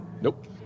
Nope